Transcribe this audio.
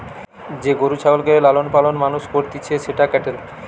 যে গরু ছাগলকে লালন পালন মানুষ করতিছে সেটা ক্যাটেল